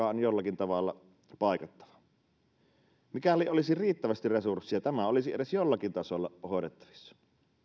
on jollakin tavalla paikattava mikäli olisi riittävästi resurssia tämä olisi edes jollakin tasolla hoidettavissa